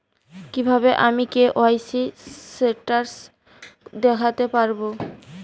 কিভাবে আমি K Y C status দেখতে পারবো?